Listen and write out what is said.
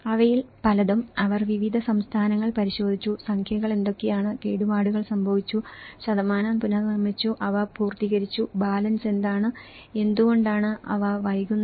അവയിൽ പലതും അവർ വിവിധ സംസ്ഥാനങ്ങൾ പരിശോധിച്ചു സംഖ്യകൾ എന്തൊക്കെയാണ് കേടുപാടുകൾ സംഭവിച്ചു ശതമാനം പുനർനിർമ്മിച്ചു അവ പൂർത്തീകരിച്ചു ബാലൻസ് എന്താണ് എന്തുകൊണ്ടാണ് അവ വൈകുന്നത്